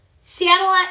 Seattle